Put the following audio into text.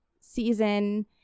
season